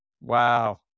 Wow